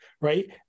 right